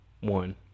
one